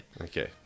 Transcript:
Okay